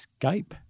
Skype